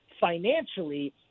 financially